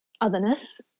otherness